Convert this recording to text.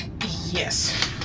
Yes